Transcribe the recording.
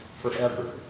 forever